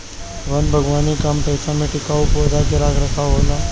वन बागवानी कम पइसा में टिकाऊ पौधा के रख रखाव होला